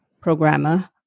programmer